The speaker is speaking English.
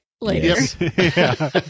later